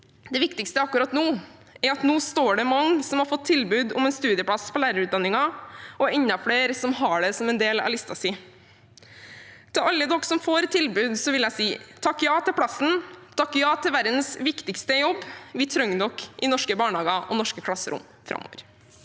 det viktigste akkurat nå er at det står mange som har fått tilbud om en studieplass på lærerutdanningen, og enda flere som har det som en del av listen sin. Til alle dere som får et tilbud, vil jeg si: Takk ja til plassen. Takk ja til verdens viktigste jobb. Vi trenger dere i norske barnehager og norske klasserom framover.